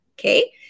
Okay